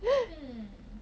hmm